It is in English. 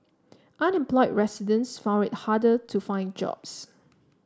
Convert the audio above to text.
unemployed residents found it harder to find jobs